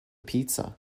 pizza